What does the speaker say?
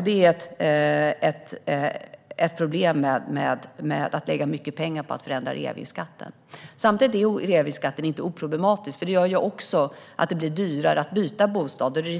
Det är ett problem med att lägga mycket pengar på att förändra reavinstskatten. Samtidigt är den inte oproblematisk, för den gör också att det blir dyrare att byta bostad. Det ökar